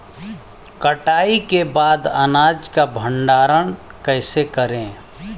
कटाई के बाद अनाज का भंडारण कैसे करें?